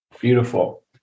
Beautiful